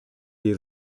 dei